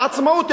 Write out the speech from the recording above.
לעצמאות,